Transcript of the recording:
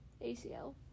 acl